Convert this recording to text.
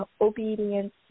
obedience